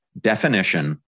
definition